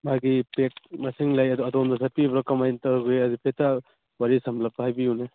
ꯃꯥꯒꯤ ꯄꯦꯛ ꯃꯁꯤꯡ ꯂꯩ ꯑꯗꯣꯝꯅ ꯍꯦꯛꯄꯤꯕ꯭ꯔ ꯀꯃꯥꯏ ꯇꯧꯏ ꯑꯗꯨ ꯍꯥꯏꯐꯦꯠꯇ ꯋꯥꯔꯤ ꯁꯝꯂꯞꯄ ꯍꯥꯏꯕꯤꯌꯨꯅꯦ